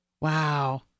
Wow